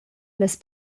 las